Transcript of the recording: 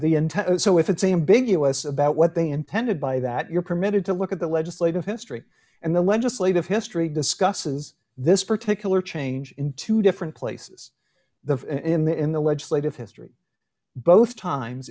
and so if it's same big us about what they intended by that you're permitted to look at the legislative history and the legislative history discusses this particular change in two different places the in the in the legislative history both times